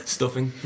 Stuffing